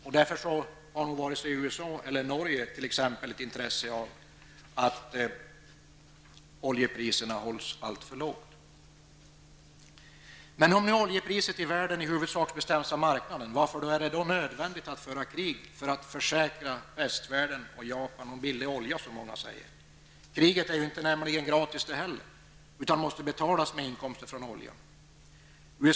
Därför har nog inte vare sig USA eller t.ex. Norge ett intresse av att oljepriserna ligger alltför lågt. Men om nu oljepriset i världen i huvudsak bestäms av marknaden, varför är det då, som så många säger, nödvändigt att föra krig för att tillförsäkra västvärlden och Japan billig olja? Kriget är ju inte gratis det heller utan måste betalas med inkomster från oljeförsäljningen.